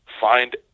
find